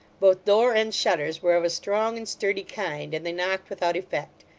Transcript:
both door and shutters were of a strong and sturdy kind, and they knocked without effect.